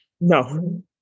no